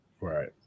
Right